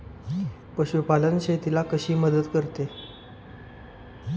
पशुपालन शेतीला कशी मदत करते?